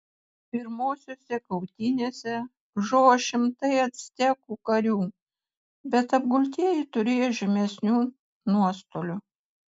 pirmosiose kautynėse žuvo šimtai actekų karių bet apgultieji turėjo žymesnių nuostolių